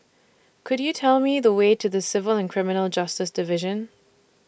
Could YOU Tell Me The Way to The Civil and Criminal Justice Division